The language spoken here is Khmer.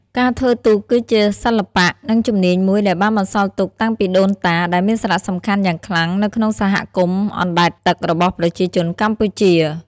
ការធ្វើទូកគឺជាសិល្បៈ និងជំនាញមួយដែលបានបន្សល់ទុកតាំងពីដូនតា ដែលមានសារៈសំខាន់យ៉ាងខ្លាំងនៅក្នុងសហគមន៍អណ្តែតទឹករបស់ប្រជាជនកម្ពុជា។